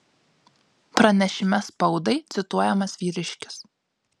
pranešime spaudai cituojamas vyriškis